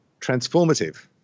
transformative